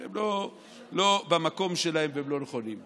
הם לא במקום שלהם והם לא נכונים.